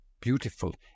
beautiful